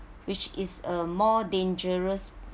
which is a more dangerous